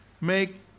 Make